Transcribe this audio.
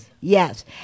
Yes